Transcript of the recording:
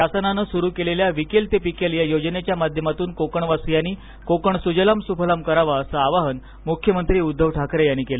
शासनाने सुरू केलेल्या विकेल ते पिकेल या योजनेच्या माध्यमातून कोकणवासीयांनी कोकण सुजलाम सुफलाम करावा अस आवाहन मुख्यमंत्री उद्दव ठाकरे यांनी केल